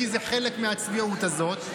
כי זה חלק מהצביעות הזאת,